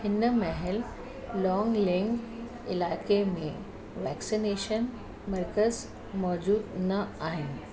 हिन महिल लॉंगलैंग इलाइक़े में वैक्सनेशन मर्कज़ मौजूद न आहिनि